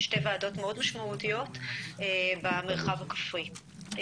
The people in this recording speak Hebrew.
שתי ועדות מאוד משמעותיות במרחב הכפרי.